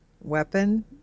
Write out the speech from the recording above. weapon